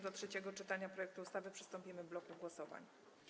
Do trzeciego czytania projektu ustawy przystąpimy w bloku głosowań.